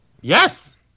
Yes